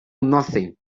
nothing